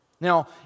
Now